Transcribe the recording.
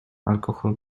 alkohol